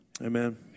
Amen